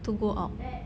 to go out